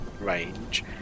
range